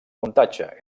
muntatge